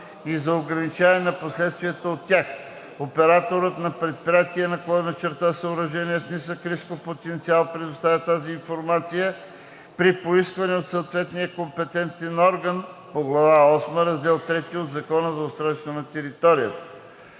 и за ограничаване на последствията от тях. Операторът на предприятие/съоръжение с нисък рисков потенциал предоставя тази информация при поискване от съответния компетентен орган по глава осма, раздел II от Закона за устройство на територията.“